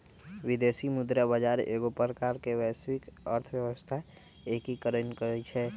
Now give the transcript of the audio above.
विदेशी मुद्रा बजार एगो प्रकार से वैश्विक अर्थव्यवस्था के एकीकरण करइ छै